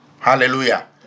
Hallelujah